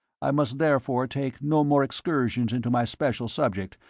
i must therefore take no more excursions into my special subject,